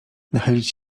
nachylić